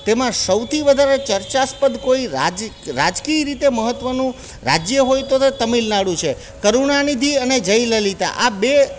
તેમાં સૌથી વધારે ચર્ચાસ્પદ કોઈ રાજ રાજકીય રીતે મહત્ત્વનું રાજ્ય હોય તો તો તમિલનાડુ છે કરુણાનિધિ અને જયલલિતા આ બે